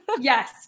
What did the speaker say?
yes